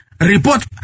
Report